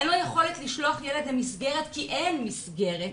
אין לו יכולת לשלוח ילד למסגרת כי אין מסגרת.